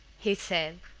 he said,